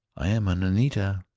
i am an amanita.